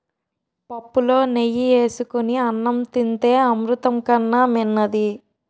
పుప్పులో నెయ్యి ఏసుకొని అన్నం తింతే అమృతం కన్నా మిన్నది